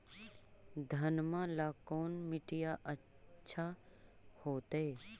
घनमा ला कौन मिट्टियां अच्छा होतई?